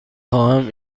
خواهم